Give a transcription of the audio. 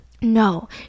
No